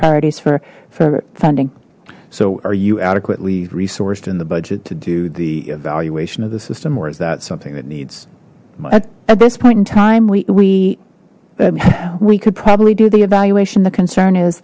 priorities for for funding so are you adequately resourced in the budget to do the evaluation of the system or is that something that needs at this point in time we we could probably do the evaluation the concern is